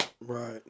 Right